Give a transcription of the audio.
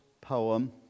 poem